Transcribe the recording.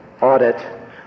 audit